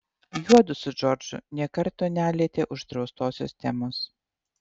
juodu su džordžu nė karto nelietė uždraustosios temos